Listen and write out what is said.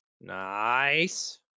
nice